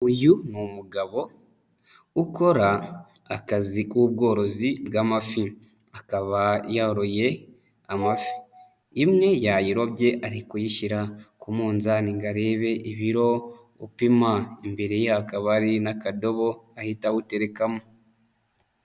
Uyu ni umugabo ukora akazi k'ubworozi bw'amafi. Akaba yoroye amafi. Imwe yayirobye ari kuyishyira ku munzani ngo arebe ibiro upima. Imbere ye hakaba hari n'akadobo ahita awuterekamo.